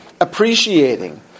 appreciating